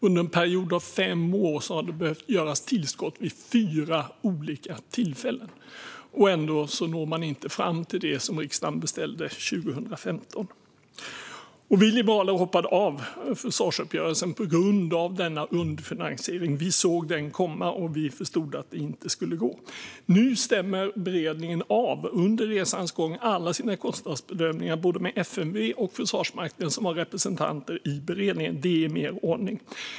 Under en period av fem år har det behövts göras tillskott vid fyra olika tillfällen, och ändå når man inte fram till det som riksdagen beställde 2015. Vi liberaler hoppade av försvarsuppgörelsen på grund av denna underfinansiering. Vi såg den komma, och vi förstod att detta inte skulle gå. Nu stämmer beredningen under resans gång av alla sina kostnadsbedömningar med både FMV och Försvarsmakten, som har representanter i beredningen. Det är mer ordning.